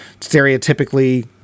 stereotypically